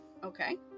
okay